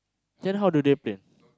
then how do they play